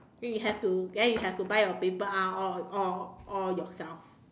we have to then you have to buy your paper ah all all all yourself